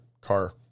car